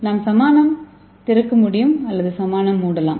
நாம் சாமணம் திறக்க முடியும் அல்லது சாமணம் மூடலாம்